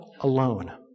alone